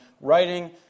writing